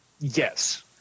Yes